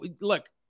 look